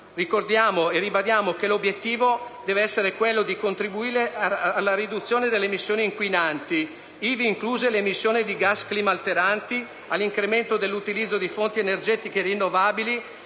qualità. Ribadiamo che l'obiettivo deve essere quello di contribuire alla riduzione delle emissioni inquinanti, ivi incluse le emissioni di gas climalteranti, all'incremento dell'utilizzo di fonti energetiche rinnovabili